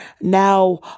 now